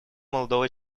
молодого